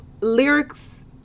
lyrics